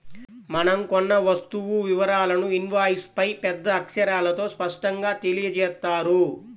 మనం కొన్న వస్తువు వివరాలను ఇన్వాయిస్పై పెద్ద అక్షరాలతో స్పష్టంగా తెలియజేత్తారు